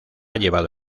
llevado